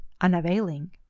unavailing